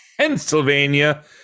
Pennsylvania